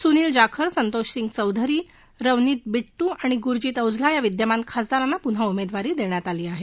सुनील जाखर संतोष सिंग चौधरी रवनीत बि िआणि गुरजीत औझला या विद्यमान खासदारांना पुन्हा उमेदवारी देण्यात आली आहे